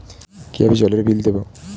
কিভাবে জলের বিল দেবো?